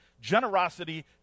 Generosity